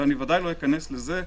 ו-וודאי לא אכנס לזה,